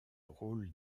rôle